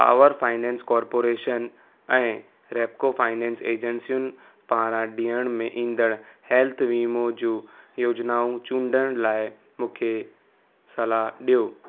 power finance corporation ऐं Repco finance एजेंसियुनि पारां ॾियण में ईंदड़ हेल्थ वीमो जूं योजनाऊं चूंडण लाइ मूंखे सलाहु ॾियो